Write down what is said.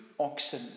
Oxen